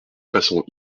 façon